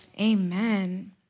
Amen